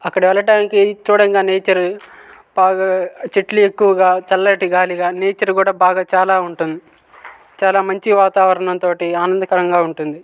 అక్కడ వెళ్ళటానికి చూడంగానే నేచరు బాగా చెట్లు ఎక్కువగా చల్లటి గాలిగా నేచర్ కూడా బాగా చాలా ఉంటుంది చాలా మంచి వాతావరణం తోటి ఆనందకరంగా ఉంటుంది